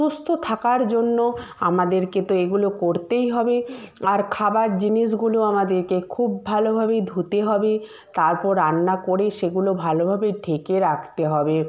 সুস্থ থাকার জন্য আমাদেরকে তো এগুলো করতেই হবে আর খাবার জিনিসগুলো আমাদেরকে খুব ভালোভাবেই ধুতে হবে তারপর রান্না করে সেগুলো ভালোভাবে ঢেকে রাখতে হবে